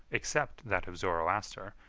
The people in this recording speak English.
except that of zoroaster,